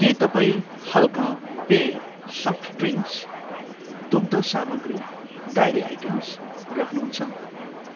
के तपाईँ हल्का पेय सफ्ट ड्रिङ्क्स दुग्ध सामग्री डायरी आइटम्स राख्नुहुन्छ